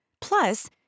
Plus